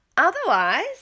Otherwise